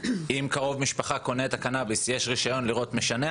אם קרוב משפחה קונה את הקנביס יש רישיון לראות משנע